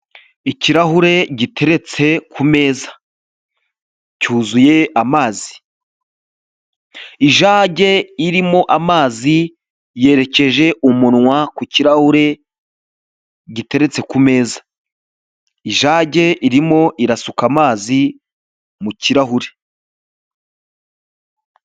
Ikirahure giteretse ku meza cyuzuye amazi, ijage irimo amazi yerekeje umunwa ku kirahure giteretse ku meza, ijage irimo irasuka amazi mu kirahure.